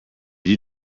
you